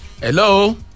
hello